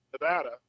Nevada